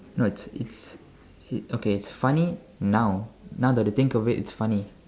you know it's it's it's okay funny now now that you think of it it's funny